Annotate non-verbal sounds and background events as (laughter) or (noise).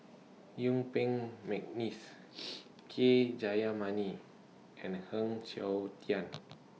Yuen Peng Mcneice (noise) K Jayamani and Heng Siok Tian